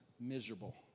miserable